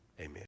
amen